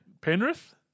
Penrith